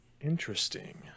Interesting